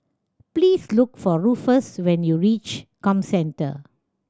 please look for Ruffus when you reach Comcentre